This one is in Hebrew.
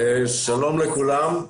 שלום לכולם,